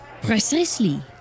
Precisely